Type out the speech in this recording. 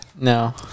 no